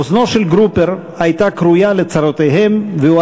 אוזנו של גרופר הייתה כרויה לצרותיהם והוא